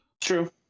True